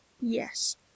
Yes